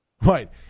Right